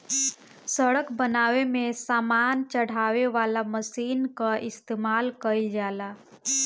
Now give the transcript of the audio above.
सड़क बनावे में सामान चढ़ावे वाला मशीन कअ इस्तेमाल कइल जाला